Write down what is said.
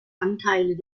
anteile